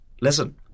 listen